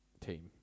team